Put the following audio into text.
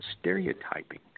stereotyping